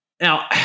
Now